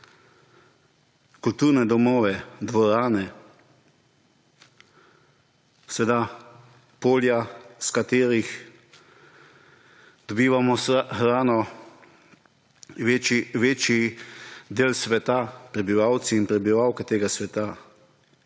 kulturne domove, dvorane, seveda, polja, s katerih dobivamo hrano večji del sveta, prebivalci in prebivalke tega sveta.